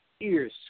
ears